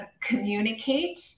communicate